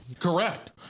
Correct